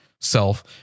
self